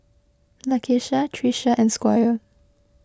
Lakeisha Trisha and Squire